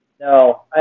No